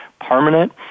permanent